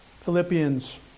Philippians